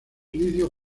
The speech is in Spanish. inicio